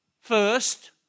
first